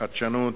בחדשנות,